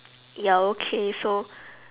ya okay so